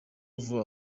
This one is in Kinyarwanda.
vuba